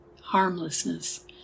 harmlessness